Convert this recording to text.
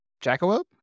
Jackalope